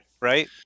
right